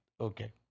Okay